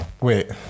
Wait